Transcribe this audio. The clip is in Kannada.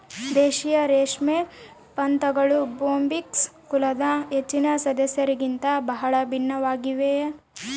ದೇಶೀಯ ರೇಷ್ಮೆ ಪತಂಗಗಳು ಬೊಂಬಿಕ್ಸ್ ಕುಲದ ಹೆಚ್ಚಿನ ಸದಸ್ಯರಿಗಿಂತ ಬಹಳ ಭಿನ್ನವಾಗ್ಯವ